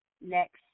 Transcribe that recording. next